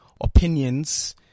opinions